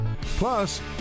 Plus